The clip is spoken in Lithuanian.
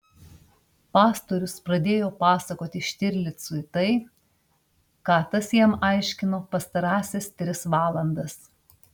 pastorius pradėjo pasakoti štirlicui tai ką tas jam aiškino pastarąsias tris valandas